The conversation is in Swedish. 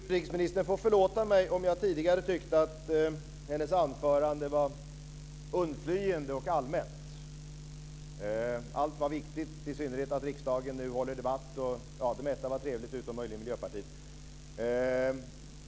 Fru talman! Utrikesministern får förlåta mig om jag tidigare tyckte att hennes anförande var undflyende och allmänt. Allt var viktigt, i synnerhet att riksdagen nu håller debatt, det mesta var trevligt utom möjligen Miljöpartiet.